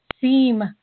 seem